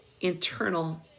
internal